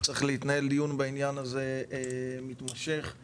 צריך להתנהל דיון מתמשך בעניין הזה.